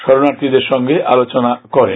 শরণার্থীদের সঙ্গে আলোচনা করেন